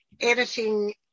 editing